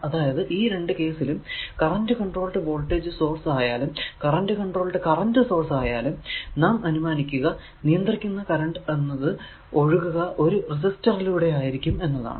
അതായതു ഈ രണ്ടു കേസിലും കറന്റ് കൺട്രോൾഡ് വോൾടേജ് സോഴ്സ് ആയാലും കറന്റ് കൺട്രോൾഡ് കറന്റ് സോഴ്സ് ആയാലും നാം അനുമാനിക്കുക നിയന്ത്രിക്കുന്ന കറന്റ് എന്നത് ഒഴുകുക ഒരു റെസിസ്റ്ററിലൂടെ ആയിരിക്കും എന്നതാണ്